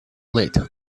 late